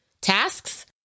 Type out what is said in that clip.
tasks